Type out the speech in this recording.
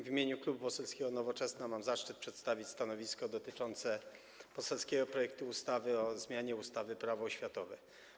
W imieniu Klubu Poselskiego Nowoczesna mam zaszczyt przedstawić stanowisko dotyczące poselskiego projektu ustawy o zmianie ustawy Prawo oświatowe.